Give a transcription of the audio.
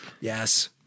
Yes